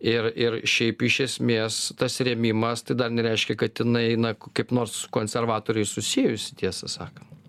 ir ir šiaip iš esmės tas rėmimas tai dar nereiškia kad jinai na kaip nors su konservatoriais susijusi tiesą sakant